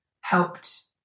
helped